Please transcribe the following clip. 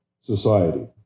society